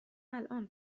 الان